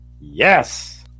Yes